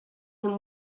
him